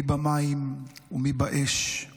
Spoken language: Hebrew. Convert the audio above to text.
"מי במים ומי באש /